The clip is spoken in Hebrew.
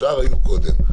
השאר היינו קודם.